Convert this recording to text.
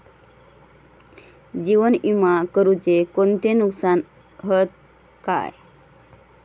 जीवन विमा करुचे कोणते नुकसान हत काय?